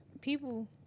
people